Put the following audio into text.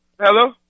Hello